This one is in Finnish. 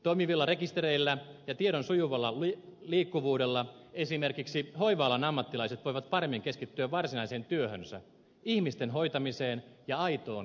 toimivilla rekistereillä ja tiedon sujuvalla liikkuvuudella esimerkiksi hoiva alan ammattilaiset voivat paremmin keskittyä varsinaiseen työhönsä ihmisten hoitamiseen ja aitoon kohtaamiseen